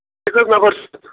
تُہۍ کٔژ نفر چھُو